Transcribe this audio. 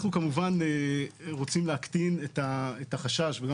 אנחנו כמובן רוצים להקטין את החשש והבנתי